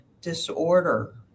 disorder